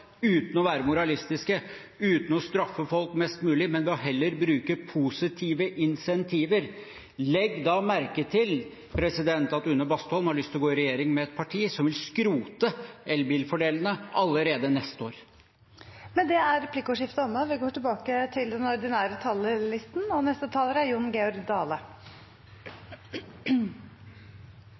uten å være moralistiske og uten å straffe folk mest mulig, men ved heller å bruke positive insentiver. Legg da merke til at Une Bastholm har lyst til å gå i regjering med et parti som vil skrote elbilfordelene allerede neste år. Replikkordskiftet er omme. Inspirert av bukselommevitsane til Stefan Heggelund kunne det ha vore naturleg å starte med å seie at er